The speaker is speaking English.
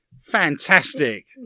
Fantastic